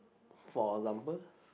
for example